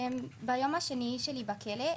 ביום השני שלי בכלא,